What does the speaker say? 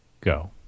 go